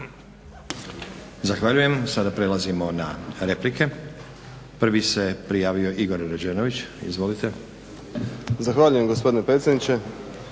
Zahvaljujem. Sada prelazimo na replike. Prvi se prijavio Igor Rađenović. Izvolite. **Rađenović, Igor (SDP)** Zahvaljujem gospodine predsjedniče.